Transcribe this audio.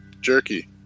jerky